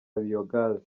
biyogazi